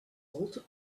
also